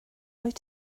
wyt